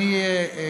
אורן,